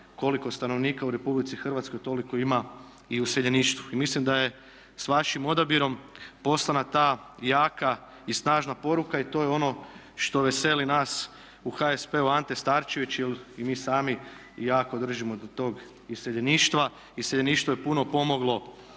koliko stanovnika u Republici Hrvatskoj toliko ima i u useljeništvu. I mislim da je s vašim odabirom poslana ta jaka i snažna poruka i to je ono što veseli nas u HSP-u Ante Starčević jer mi i sami jako držimo do tog iseljeništva. Iseljeništvo je puno pomoglo